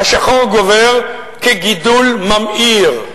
השחור גובר כגידול ממאיר.